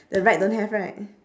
the right don't have right